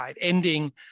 ending